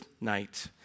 night